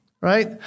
right